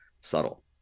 subtle